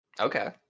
Okay